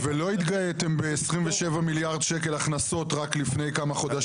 ולא התגאיתם ב-27 מיליארד שקלים הכנסות רק לפני כמה חודשים?